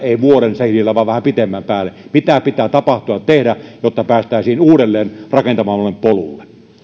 ei vuoden sihdillä vaan vähän pitemmän päälle mitä pitää tapahtua tehdä jotta päästäisiin uudelleen rakentamallemme polulle